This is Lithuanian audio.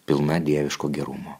pilna dieviško gerumo